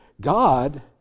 God